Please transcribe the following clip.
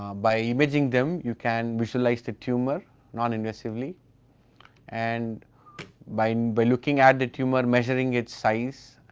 by imaging them you can visualize the tumour noninvasively and by by looking at the tumour, measuring its size,